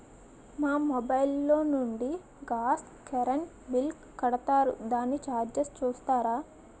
మా మొబైల్ లో నుండి గాస్, కరెన్ బిల్ కడతారు దానికి చార్జెస్ చూస్తారా?